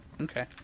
Okay